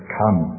come